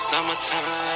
Summertime